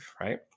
right